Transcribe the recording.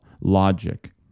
logic